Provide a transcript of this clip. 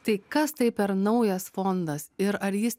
tai kas tai per naujas fondas ir ar jis